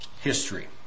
history